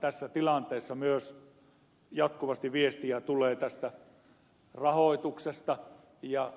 tässä tilanteessa myös jatkuvasti viestiä tulee tästä rahoituksesta ja